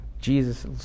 Jesus